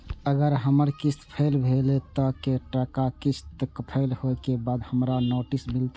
अगर हमर किस्त फैल भेलय त कै टा किस्त फैल होय के बाद हमरा नोटिस मिलते?